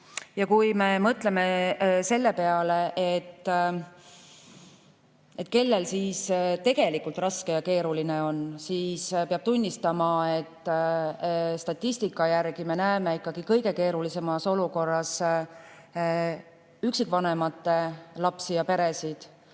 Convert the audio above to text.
Kui me mõtleme selle peale, kellel siis tegelikult raske ja keeruline on, siis peab tunnistama, et statistika järgi me näeme ikkagi kõige keerulisemas olukorras üksikvanemate lapsi ja peresid,